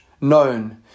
known